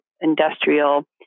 industrial